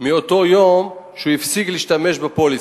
מאותו יום שהוא הפסיק להשתמש בפוליסה,